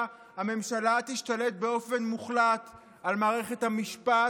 הממשלה תשתלט באופן מוחלט על מערכת המשפט,